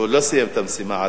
הוא עדיין לא סיים את המשימה.